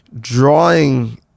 drawing